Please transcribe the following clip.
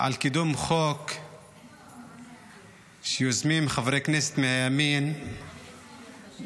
על קידום חוק שיוזמים חברי כנסת מהימין כדי